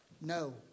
No